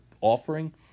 offering